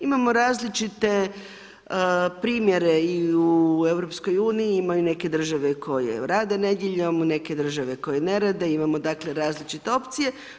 Imamo različite primjere i u EU, imaju neke države koje rade nedjeljom, neke države koje ne rade, imamo dakle, različite opcije.